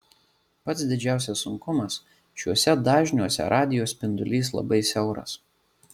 pats didžiausias sunkumas šiuose dažniuose radijo spindulys labai siauras